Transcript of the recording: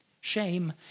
Shame